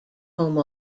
home